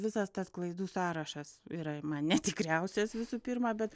visas tas klaidų sąrašas yra man netikriausias visų pirma bet